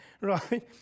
right